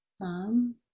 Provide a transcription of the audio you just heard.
thumb